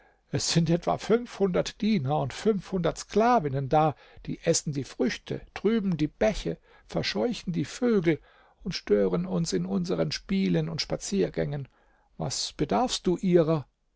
es sind etwa fünfhundert diener und fünfhundert sklavinnen da die essen die früchte trüben die bäche verscheuchen die vögel und stören uns in unseren spielen und spaziergängen was bedarfst du ihrer